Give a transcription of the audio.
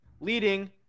leading